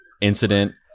incident